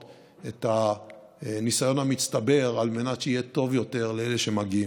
את הניסיון המצטבר על מנת שיהיה טוב יותר לאלה שמגיעים.